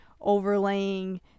overlaying